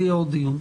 יהיה עוד דיון.